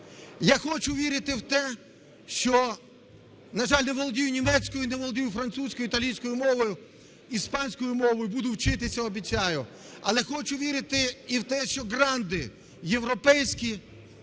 Я хочу вірити в те, що… На жаль, не володію німецькою, не володію французькою, італійською мовою, іспанською мовою. Буду вчитися, обіцяю. Але хочу вірити і в те, що гранди європейські